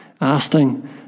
asking